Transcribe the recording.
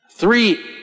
Three